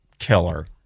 killer